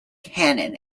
canon